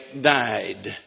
died